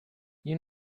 you